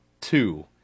two